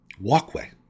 walkway